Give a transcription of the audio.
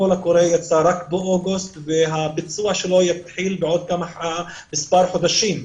הקול הקורא יצא רק באוגוסט והביצוע שלו יתחיל בעוד מספר חודשים,